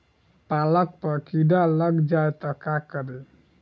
पालक पर कीड़ा लग जाए त का करी?